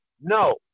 No